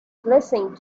blessing